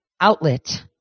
outlet